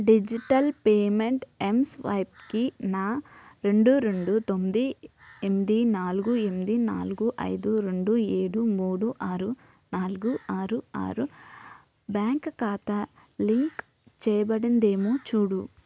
digital payment యం mSwipe కి నా రెండు రెండు తొమ్మిది ఎనిమిది నాలుగు ఎనిమిది నాలుగు అయిదు రెండు ఏడు మూడు ఆరు నాలుగు ఆరు ఆరు బ్యాంక్ ఖాతా లింకు చేయబడిందేమో చూడు